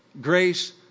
grace